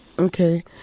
Okay